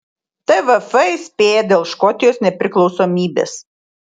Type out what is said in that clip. tvf įspėja dėl škotijos nepriklausomybės